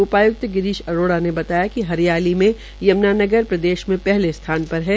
उपाय्क्त गिरीश अरोड़ा ने बताया कि हरियाली प्रदेश में पहले स्थान पर है